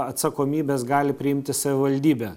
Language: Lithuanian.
atsakomybės gali priimti savivaldybė